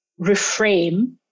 reframe